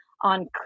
on